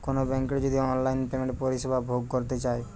কোনো বেংকের যদি অনলাইন পেমেন্টের পরিষেবা ভোগ করতে চাই